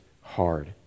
hard